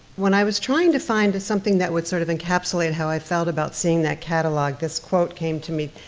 when i was trying to find something that would sort of encapsulate how i felt about seeing that catalogue, this quote came to me.